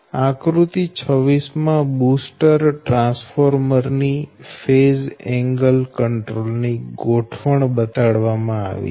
આકૃતિ 26 માં booster transformer ની ફેઝ એંગલ કંટ્રોલ ની ગોઠવણ બતાડવામાં આવી છે